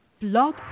Blog